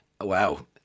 Wow